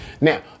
Now